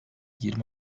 yirmi